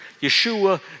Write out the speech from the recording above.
Yeshua